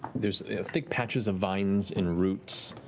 there's thick patches of vines and roots